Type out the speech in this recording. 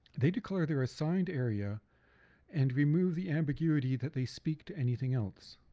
they declare their assigned area and remove the ambiguity that they speak to anything else.